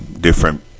different